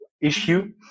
issue